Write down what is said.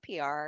PR